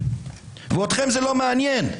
ואתכם זה לא מעניין.